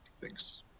thanks